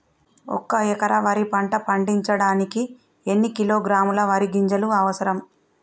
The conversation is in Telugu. ఒక్క ఎకరా వరి పంట పండించడానికి ఎన్ని కిలోగ్రాముల వరి గింజలు అవసరం?